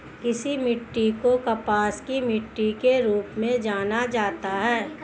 किस मिट्टी को कपास की मिट्टी के रूप में जाना जाता है?